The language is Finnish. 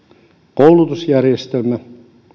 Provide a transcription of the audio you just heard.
koulutusjärjestelmä ja